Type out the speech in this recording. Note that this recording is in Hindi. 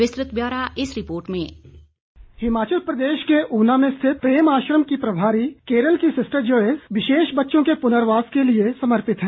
विस्तृत ब्यौरा इस रिर्पोट में हिमाचल प्रदेश के ऊना में स्थित प्रेम आश्रम की प्रभारी केरल की सिस्टर जोयस विशेष बच्चों के पुनर्वास के लिए समर्पित है